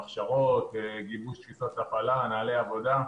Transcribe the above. להכשרות, גיבוש תפיסת הפעלה, נהלי עבודה,